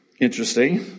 interesting